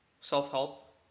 Self-help